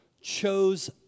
chose